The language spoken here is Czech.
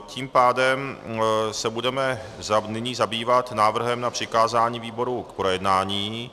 Tím pádem se budeme nyní zabývat návrhem na přikázání výboru k projednání.